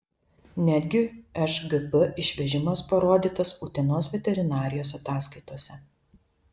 netgi šgp išvežimas parodytas utenos veterinarijos ataskaitose